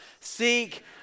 Seek